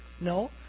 No